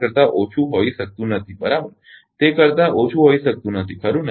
તે કરતાં ઓછું હોઈ શકતું નથી ખરુ ને